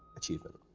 achievement.